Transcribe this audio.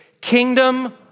kingdom